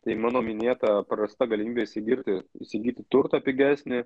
tai mano minėta prarasta galimybė įsigirti įsigyti turtą pigesnį